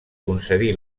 concedí